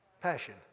Passion